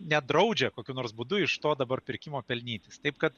nedraudžia kokiu nors būdu iš to dabar pirkimo pelnytis taip kad